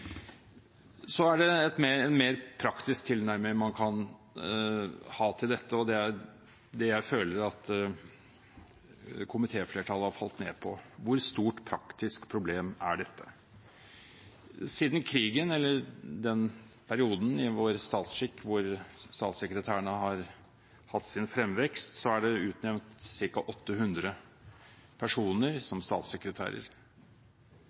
Så kan man ha en mer praktisk tilnærming til dette, og det er det jeg føler at komitéflertallet har falt ned på. Hvor stort praktisk problem er dette? Siden krigen, eller i den perioden av vår statsskikk hvor statssekretærene har hatt sin fremvekst, er det utnevnt ca. 800 personer